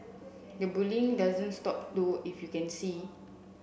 the bullying doesn't stop though if you can see